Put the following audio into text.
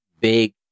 big